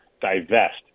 divest